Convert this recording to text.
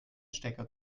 stecker